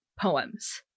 poems